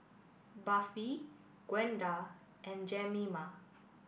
Buffy Gwenda and Jemima